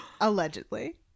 Allegedly